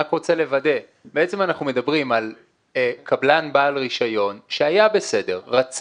אנחנו בדיון בהצעת החוק דובר על כך שאנחנו מדברים --- את